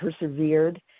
persevered